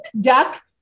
duck